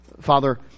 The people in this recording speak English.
Father